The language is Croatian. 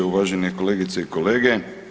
Uvažene kolegice i kolege.